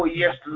yes